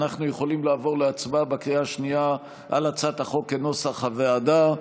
אנחנו יכולים לעבור להצבעה בקריאה השנייה על הצעת החוק כנוסח הוועדה.